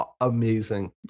Amazing